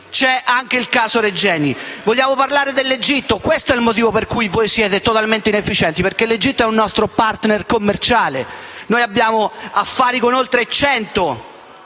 c'è anche il caso Regeni! Vogliamo parlare dell'Egitto? Questo è il motivo per cui voi siete totalmente inefficienti, perché l'Egitto è un nostro *partner* commerciale. Abbiamo affari con oltre